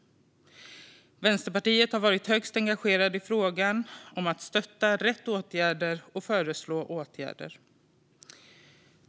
Vänsterpartiet har varit högst engagerat i frågan om att stötta rätt åtgärder och föreslå åtgärder.